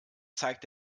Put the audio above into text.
zeigt